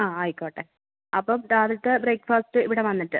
ആ ആയിക്കോട്ടെ അപ്പം രാവിലത്തെ ബ്രേക്ക്ഫാസ്റ്റ് ഇവിടെ വന്നിട്ട്